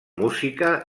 música